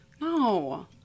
No